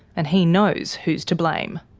and he knows who's to blame.